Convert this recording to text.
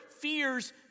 fears